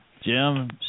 Jim